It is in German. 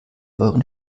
euren